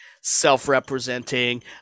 self-representing